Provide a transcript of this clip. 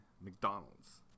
McDonald's